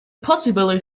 possibly